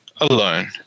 alone